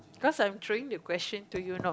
cause I'm throwing the question to you now